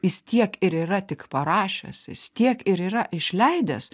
jis tiek ir yra tik parašęs jis tiek ir yra išleidęs